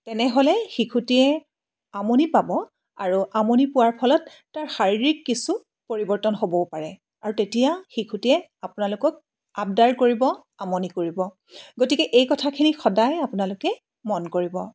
তেনেহ'লে শিশুটিয়ে আমনি পাব আৰু আমনি পোৱাৰ ফলত তাৰ শাৰীৰিক কিছু পৰিৱৰ্তন হ'বও পাৰে আৰু তেতিয়া শিশুটিয়ে আপোনালোকক আবদাৰ কৰিব আমনি কৰিব গতিকে এই কথাখিনি সদায় আপোনালোকে মন কৰিব